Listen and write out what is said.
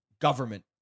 government